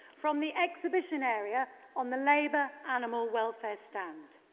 from the exhibition area on the labour animal welfare stand.